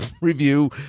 review